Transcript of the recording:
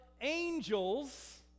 angels